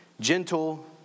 gentle